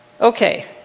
Okay